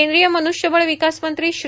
केंद्रीय मनुष्य बळ विकास मंत्री श्री